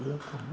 पर्याप्तम्